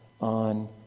on